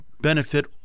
benefit